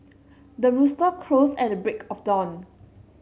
the rooster crows at the break of dawn